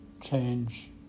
change